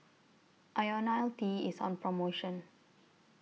Ionil T IS on promotion